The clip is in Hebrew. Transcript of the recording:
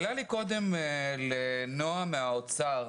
שאלה לי לנועה שוקרון ממשרד האוצר,